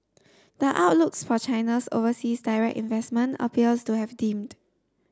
the outlooks for China's overseas direct investment appears to have dimmed